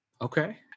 Okay